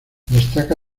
destaca